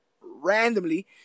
randomly